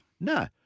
No